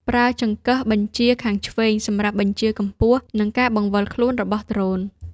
ប្រើចង្កឹះបញ្ជាខាងឆ្វេងសម្រាប់បញ្ជាកម្ពស់ និងការបង្វិលខ្លួនរបស់ដ្រូន។